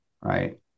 right